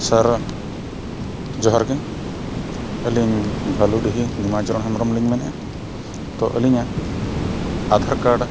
ᱥᱟᱨ ᱡᱚᱦᱟᱨ ᱜᱮ ᱟᱹᱞᱤᱧ ᱵᱷᱟᱞᱩᱰᱤᱦᱤ ᱱᱤᱢᱟᱪᱚᱨᱚᱱ ᱦᱮᱢᱵᱨᱚᱢ ᱞᱤᱝ ᱢᱮᱱᱮᱜᱼᱟ ᱛᱚ ᱟᱹᱞᱤᱧᱟᱜ ᱟᱫᱷᱟᱨ ᱠᱟᱨᱰ